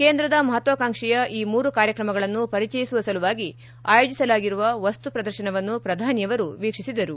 ಕೇಂದ್ರದ ಮಹತ್ವಾಕಾಂಕ್ಸಿಯ ಈ ಮೂರು ಕಾರ್ಯಕ್ರಮಗಳನ್ನು ಪರಿಚಯಿಸುವ ಸಲುವಾಗಿ ಆಯೋಜಿಸಲಾಗಿರುವ ವಸ್ತು ಪ್ರದರ್ಶನವನ್ನು ಶ್ರಧಾನಿಯವರು ವೀಕ್ಷಿಸಿದರು